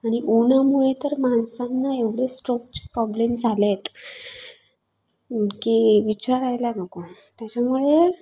आणि उन्हामुळे तर माणसांना एवढे स्ट्रोकचे प्रॉब्लेम झाले आहेत की विचारायला नको त्याच्यामुळे